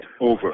over